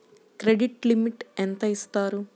Credit limit ఎంత ఇస్తారు?